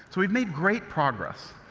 so we've made great progress.